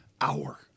hour